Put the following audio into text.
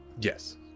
Yes